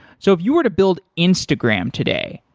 so if you were to build instagram today,